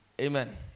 Amen